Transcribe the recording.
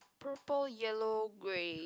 purple yellow grey